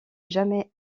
jamais